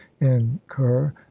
incur